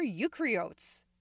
eukaryotes